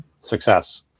success